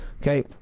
Okay